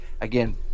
again